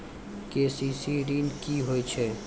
KCC ॠन की होय छै?